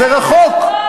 זה רחוק.